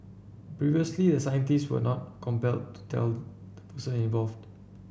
previously the scientist was not compelled to tell the person involved